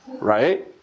right